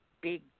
Big